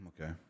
okay